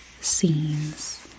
scenes